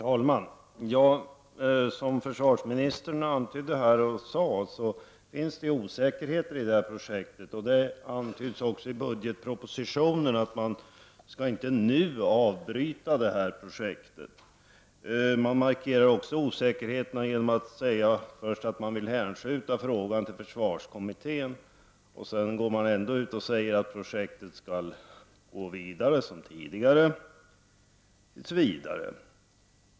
Herr talman! Som försvarsministern antydde finns det osäkerheter i detta projekt. Det antyds också i budgetpropositionen att man inte nu skall avbryta detta projekt. Man markerar osäkerheterna genom att först säga att man vill hänskjuta frågan till försvarskommittén. Sedan går man ändå ut och säger att projektet skall fortsätta som tidigare tills vidare.